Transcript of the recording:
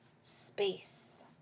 space